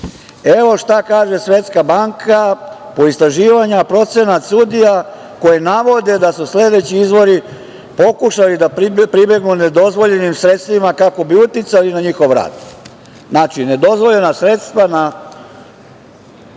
to. Evo šta kaže Svetska banka. Po istraživanju procenat sudija, koje navode da su sledeći izvori pokušali da pribegnu nedozvoljenim sredstvima kako bi uticali na njihov rad. Znači, nedozvoljena sredstva na